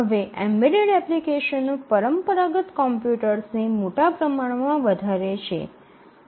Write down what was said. હવે એમ્બેડેડ એપ્લિકેશનો પરંપરાગત કોમ્પ્યુટર્સને મોટા પ્રમાણમાં વધારે છે